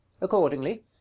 Accordingly